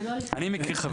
אני מכיר חבר,